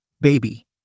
Baby